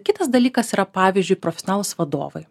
kitas dalykas yra pavyzdžiui profesionalūs vadovai